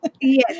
Yes